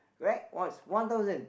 right was one thousand